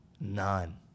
None